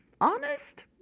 Honest